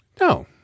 No